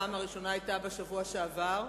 הפעם הראשונה היתה בשבוע שעבר,